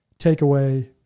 takeaway